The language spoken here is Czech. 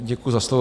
Děkuji za slovo.